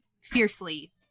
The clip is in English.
fiercely